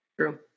True